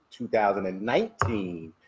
2019